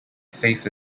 faith